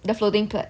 the floating plat~